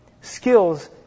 skills